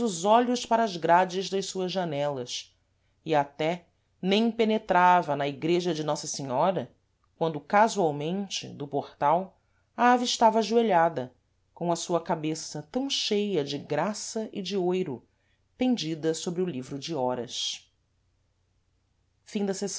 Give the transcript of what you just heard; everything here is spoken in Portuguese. olhos para as grades das suas janelas e até nem penetrava na igreja de nossa senhora quando casualmente do portal a avistava ajoelhada com a sua cabeça tam cheia de graça e de oiro pendida sôbre o livro de horas ii a